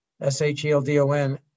S-H-E-L-D-O-N